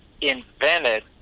invented